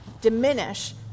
diminish